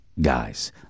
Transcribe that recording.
guys